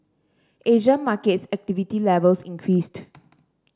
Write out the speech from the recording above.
Asian markets activity levels increased